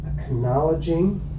acknowledging